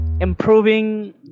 improving